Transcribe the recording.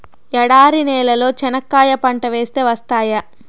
ఎడారి నేలలో చెనక్కాయ పంట వేస్తే వస్తాయా?